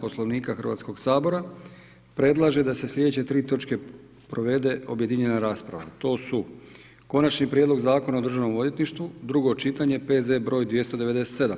Poslovnika Hrvatskog sabora, predlaže da se sljedeće tri točke provede objedinjena rasprava, to su: - Konačni prijedlog Zakona o Državnom odvjetništvu, drugo čitanje, P.Z. br. 297